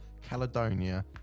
Caledonia